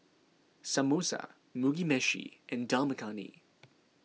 Samosa Mugi Meshi and Dal Makhani